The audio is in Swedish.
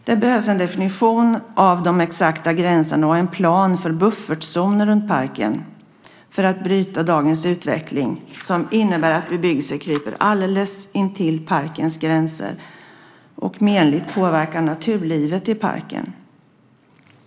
Det behövs en definition av de exakta gränserna och en plan för buffertzoner runt parken för att bryta dagens utveckling, som innebär att bebyggelse kryper alldeles intill parkens gränser och menligt påverkar naturlivet i parken.